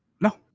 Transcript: No